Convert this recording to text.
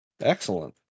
excellent